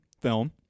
film